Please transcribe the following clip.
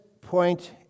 point